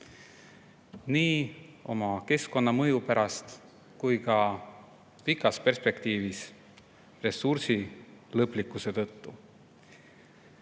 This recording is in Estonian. nii oma keskkonnamõju pärast kui ka pikas perspektiivis ressursi lõplikkuse tõttu.